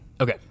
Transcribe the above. Okay